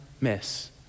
miss